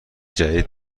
جدید